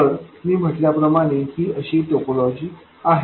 तर मी म्हटल्या प्रमाणे ही अशी टोपोलॉजी आहे